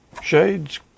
shade's